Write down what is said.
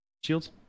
shields